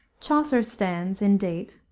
chaucer stands, in date,